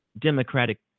democratic